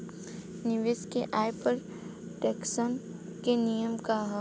निवेश के आय पर टेक्सेशन के नियम का ह?